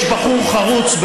יש בחור חרוץ,